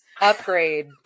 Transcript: Upgrade